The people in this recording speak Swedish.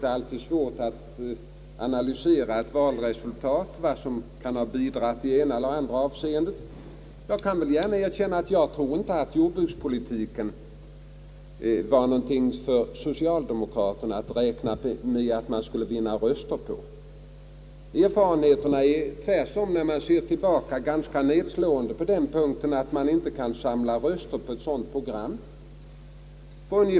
Det är alltid vanskligt att analysera ett valresultat och säga vad som kan ha bidragit i det ena eller andra avseendet. Jag kan gärna erkänna att jag inte tror att jordbrukspolitiken var någonting som socialdemokraterna kunde räkna med att vinna röster på. Erfarenheterna är tvärtom när man ser tillbaka på tidigare val ganska nedslående på den punkten: man tycks inte kunna samla röster på framåtsyftande jordbruksprogram.